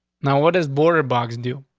now, what is bordered box? and you?